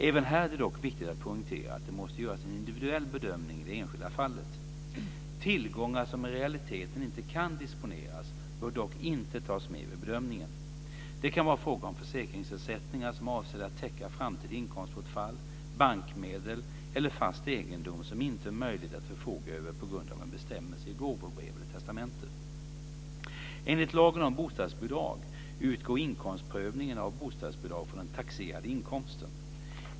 Även här är det dock viktigt att poängtera att det måste göras en individuell bedömning i det enskilda fallet. Tillgångar som i realiteten inte kan disponeras bör dock inte tas med vid bedömningen. Det kan vara fråga om försäkringsersättningar som är avsedda att täcka framtida inkomstbortfall, bankmedel eller fast egendom som inte är möjlig att förfoga över på grund av en bestämmelse i gåvobrev eller testamente. Enligt lagen om bostadsbidrag utgår inkomstprövningen av bostadsbidrag från den taxerade inkomsten.